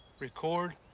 record,